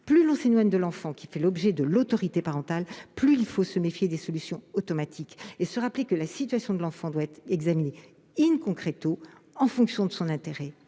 Plus on s'éloigne de l'enfant qui fait l'objet de l'autorité parentale, plus il faut se méfier des solutions automatiques. Gardons en tête que la situation de l'enfant doit être examinée, en fonction de son intérêt,